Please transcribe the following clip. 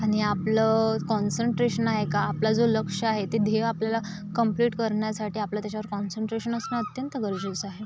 आणि आपलं कॉन्सन्ट्रेशन का आपला जो लक्ष्य आहे ते ध्येय आपल्याला कम्प्लीट करण्यासाठी आपलं त्याच्यावर कॉन्सन्ट्रेशन असणं अत्यंत गरजेचं आहे